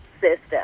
system